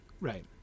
right